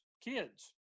kids